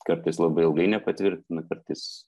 kartais labai ilgai nepatvirtina kartais